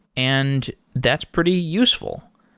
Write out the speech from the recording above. and that's pretty useful.